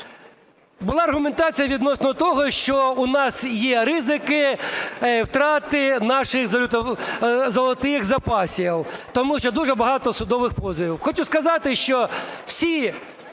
Була аргументація відносно того, що у нас є ризики втрати наших золотих запасів, тому що дуже багато судових позовів. Хочу сказати, що всі